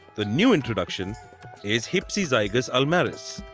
the new introduction is hypsizygus ulmarius.